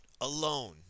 alone